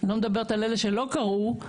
לא מדברת על אלה שלא קראו,